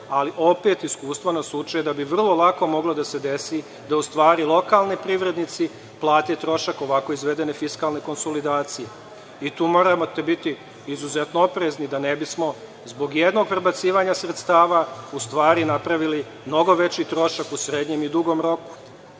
ali opet, iskustva nas uče da bi vrlo lako moglo da se desi da u stvari lokalni privrednici plate trošak ovako izvedene fiskalne konsolidacije i tu morate biti izuzetno oprezni, da ne bismo zbog jednog prebacivanja sredstava napravili mnogo veći trošak u srednjem i dugom roku.